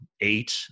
eight